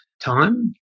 time